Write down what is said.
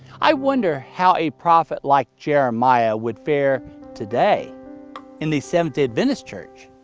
i wonder how a prophet like jeremiah would fare today in the seventh-day adventist church?